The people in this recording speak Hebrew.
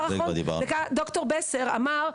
ב', ד"ר בסר אמר,